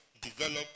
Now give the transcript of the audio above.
develop